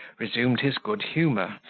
resumed his good humour,